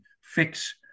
fix